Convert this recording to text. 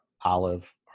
Olive